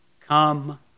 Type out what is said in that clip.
Come